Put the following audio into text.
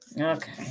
Okay